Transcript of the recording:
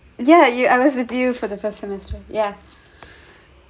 yeah you I was with you for the semester yeah